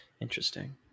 Interesting